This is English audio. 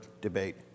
debate